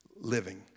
living